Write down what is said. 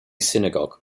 synagogue